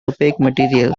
opaque